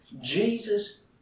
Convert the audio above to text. Jesus